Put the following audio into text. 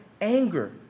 anger